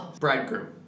Bridegroom